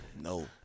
No